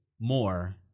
more